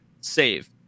save